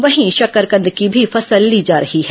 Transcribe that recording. वहीं शकरकंद की भी फसल ली जा रही है